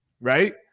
right